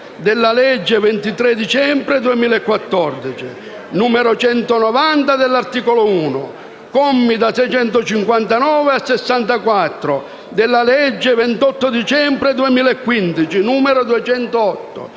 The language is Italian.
della legge 23 dicembre 2014, n. 190, dell’articolo 1, commi da 659 a 664, della legge 28 dicembre 2015, n. 208,